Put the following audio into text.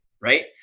right